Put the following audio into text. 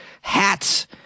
hats